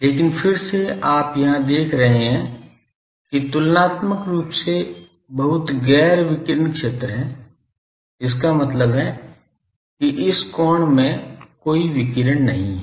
लेकिन फिर से आप यहां देख रहे हैं कि तुलनात्मक रूप से बहुत गैर विकिरण क्षेत्र है इसका मतलब है कि इस कोण में कोई विकिरण नहीं है